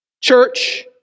church